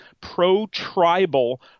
pro-tribal